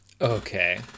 okay